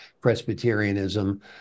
Presbyterianism